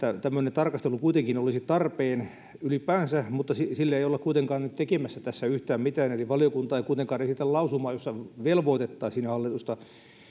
tämmöinen tarkastelu kuitenkin olisi tarpeen ylipäänsä mutta sille ei olla kuitenkaan nyt tekemässä tässä yhtään mitään eli valiokunta ei kuitenkaan esitä lausumaa jossa velvoitettaisiin hallitusta